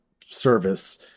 service